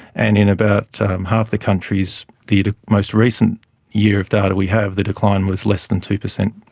and in about half the countries the most recent year of data we have the decline was less than two percent.